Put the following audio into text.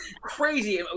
crazy